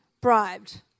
bribed